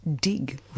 Dig